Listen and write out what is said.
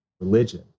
religion